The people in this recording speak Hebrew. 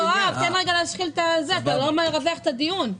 יואב, אתה לא מרווח את הדיון.